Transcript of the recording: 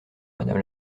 madame